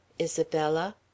Isabella